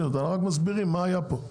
מסבירים מה היה פה.